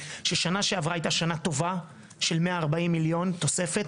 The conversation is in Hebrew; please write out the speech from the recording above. ששנה שעברה היתה שנה טובה של 140 מיליון תוספת.